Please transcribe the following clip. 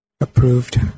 approved